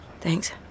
Thanks